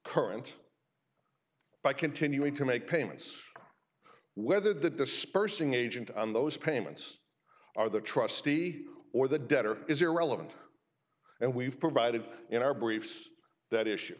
current by continuing to make payments whether the dispersing agent on those payments are the trustee or the debtor is irrelevant and we've provided in our briefs that issue